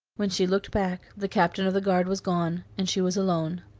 when she looked back the captain of the guard was gone, and she was alone,